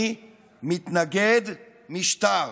אני מתנגד משטר.